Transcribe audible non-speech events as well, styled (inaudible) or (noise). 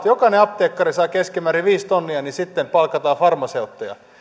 (unintelligible) jokainen apteekkari saa keskimäärin viisi tonnia niin sitten palkataan farmaseutteja